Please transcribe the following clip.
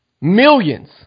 Millions